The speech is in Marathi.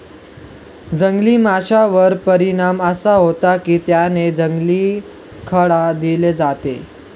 जंगली माशांवर परिणाम असा होतो की त्यांना जंगली खाद्य दिले जाते